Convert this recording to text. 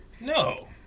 No